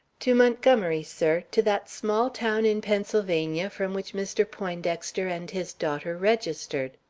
to montgomery, sir, to that small town in pennsylvania from which mr. poindexter and his daughter registered.